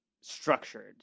structured